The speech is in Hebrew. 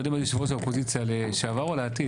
לא יודע אם יושב ראש האופוזיציה לשעבר או לעתיק?